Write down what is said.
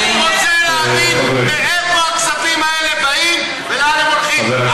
אני רוצה להבין מאיפה הכספים האלה באים ולאן הם הולכים.